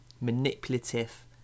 manipulative